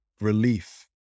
relief